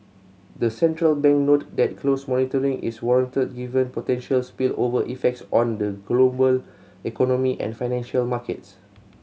the central bank noted that close monitoring is warranted given potential spillover effects on the global economy and financial markets